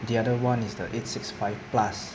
the other one is the eight six five plus